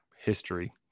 history